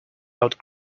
out